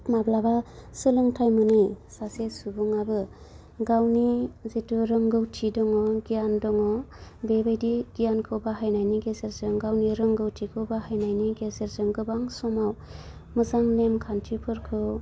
माब्लाबा सोलोंथाइ मोनि सासे सुबुंआबो गावनि जितु रोंगौथि दङ गियान दङ बेबायदि गियानखौ बाहायनायनि गेजेरजों गावनि रोंगौथिखौ बाहायनायनि गेजेरजों गोबां समाव मोजां नेम खान्थिफोरखौ